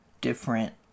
different